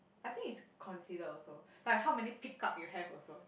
I think is considered also like how many pick up you have also